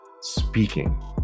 speaking